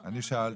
אני שאלתי,